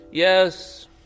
Yes